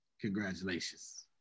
congratulations